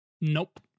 Nope